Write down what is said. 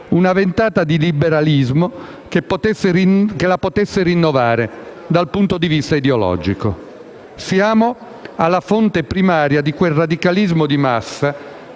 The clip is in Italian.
una ventata di liberalismo che la potesse rinnovare dal punto di vista ideologico. Siamo alla fonte primaria di quel radicalismo di massa